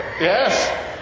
Yes